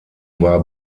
war